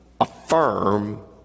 affirm